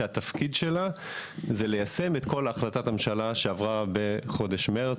שהתפקיד שלה זה ליישם את כל החלטת הממשלה שעברה בחודש מרץ,